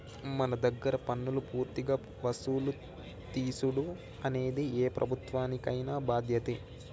మన దగ్గర పన్నులు పూర్తిగా వసులు తీసుడు అనేది ఏ ప్రభుత్వానికైన బాధ్యతే